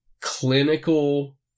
clinical